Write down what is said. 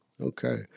Okay